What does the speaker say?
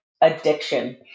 addiction